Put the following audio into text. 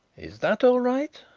is that all right?